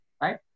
right